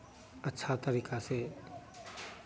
अच्छा तरीका से